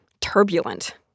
turbulent